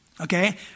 Okay